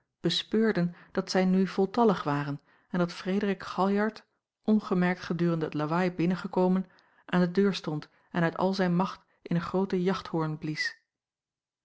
bespeurden dat zij nu voltallig waren en dat frederik galjart ongemerkt gedurende het lawaai binnengekomen aan de deur stond en uit al zijn macht in een grooten jachthoorn